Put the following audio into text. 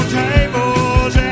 tables